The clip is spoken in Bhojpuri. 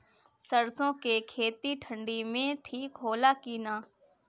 सरसो के खेती ठंडी में ठिक होला कि ना?